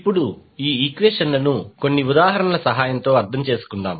ఇప్పుడు ఈ ఈక్వెషన్లను కొన్ని ఉదాహరణల సహాయంతో అర్థం చేసుకుందాం